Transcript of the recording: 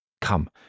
Come